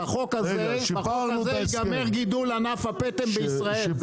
בחוק הזה ייגמר גידול ענף הפטם בישראל.